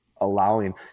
allowing